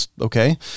okay